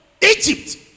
Egypt